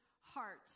heart